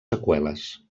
seqüeles